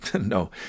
no